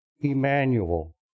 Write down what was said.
Emmanuel